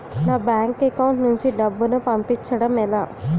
నా bank account నుంచి డబ్బును పంపించడం ఎలా?